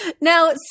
now